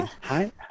hi